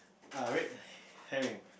err red herring